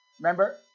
remember